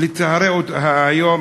בצהרי היום,